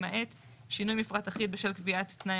למעט שינוי מפרט אחיד בשל קביעת תנאי